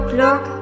look